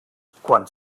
quan